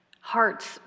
hearts